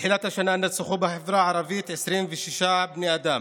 מתחילת השנה נרצחו בחברה הערבית 26 בני אדם,